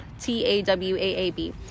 T-A-W-A-A-B